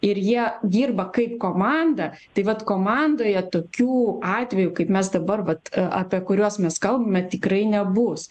ir jie dirba kaip komanda tai vat komandoje tokių atvejų kaip mes dabar vat apie kuriuos mes kalbame tikrai nebus